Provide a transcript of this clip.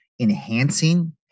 enhancing